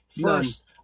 First